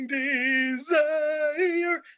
desire